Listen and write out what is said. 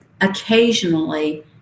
occasionally